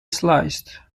sliced